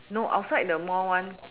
no outside the mall one